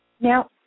Now